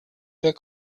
der